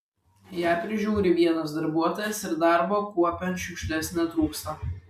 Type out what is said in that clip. ją prižiūri vienas darbuotojas ir darbo kuopiant šiukšles netrūksta